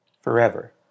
forever